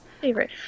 Favorite